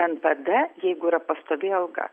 npd jeigu yra pastovi alga